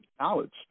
knowledge